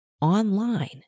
online